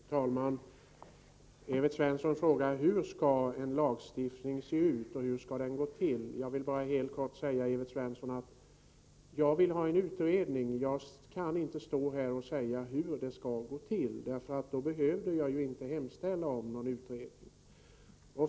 Fru talman! Evert Svensson frågar hur en lagstiftning skall se ut och hur den skall gå till. Men jag kan inte, Evert Svensson, säga hur den utredning som jag vill få till stånd skall se ut och hur den skall gå till. I så fall behövde jag ju inte hemställa om en utredning.